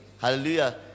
Hallelujah